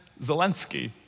Zelensky